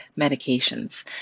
medications